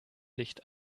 licht